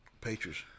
Patriots